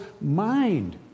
mind